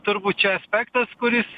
turbūt čia aspektas kuris